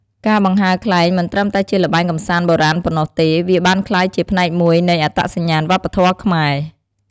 ការបង្ហើរខ្លែងមិនត្រឹមតែជាល្បែងកម្សាន្តបុរាណប៉ុណ្ណោះទេ វាបានក្លាយជាផ្នែកមួយនៃ អត្តសញ្ញាណវប្បធម៌ខ្មែរ។